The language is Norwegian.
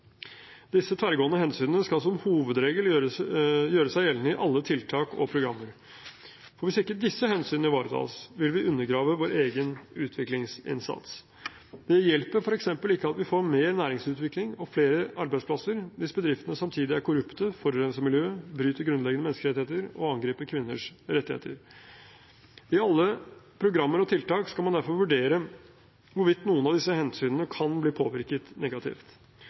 Disse tverrgående hensynene skal som hovedregel gjøre seg gjeldende i alle tiltak og programmer, for hvis ikke disse hensynene ivaretas, vil vi undergrave vår egen utviklingsinnsats. Det hjelper f.eks. ikke at vi får mer næringsutvikling og flere arbeidsplasser hvis bedriftene samtidig er korrupte, forurenser miljøet, bryter grunnleggende menneskerettigheter og angriper kvinners rettigheter. I alle programmer og tiltak skal man derfor vurdere hvorvidt noen av disse hensynene kan bli påvirket negativt.